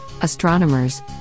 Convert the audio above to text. astronomers